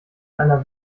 einer